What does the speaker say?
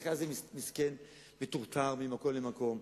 הנכה המסכן הזה מטורטר ממקום למקום.